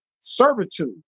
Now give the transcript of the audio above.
servitude